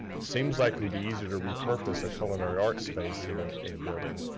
seems like it would be easier to repurpose a culinary arts space in ah in a building